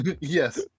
Yes